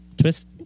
Twist